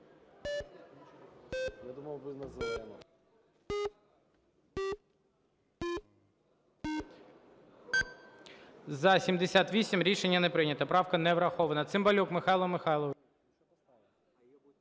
За-78 Рішення не прийнято. Правка не врахована.